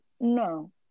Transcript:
No